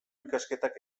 ikasketak